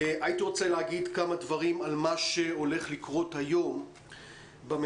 הייתי רוצה לדבר על מה שהולך לקרות היום בממשלה.